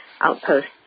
outposts